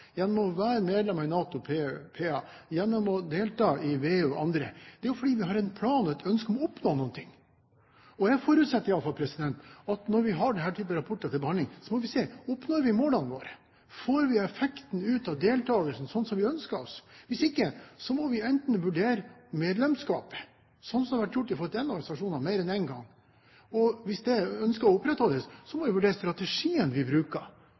i VEU o.a. Det er fordi vi har en plan og et ønske om å oppnå noe. I alle fall forutsetter jeg at når vi har denne type rapporter til behandling, må vi spørre oss: Når vi målene våre? Får vi ved deltakelse den effekten som vi ønsker oss? Hvis ikke må vi vurdere medlemskapet, slik som det har vært gjort mer enn én gang når det gjelder en av organisasjonene. Hvis det ønskes opprettholdt, må vi vurdere strategien vi bruker